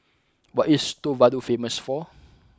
what is Tuvalu famous for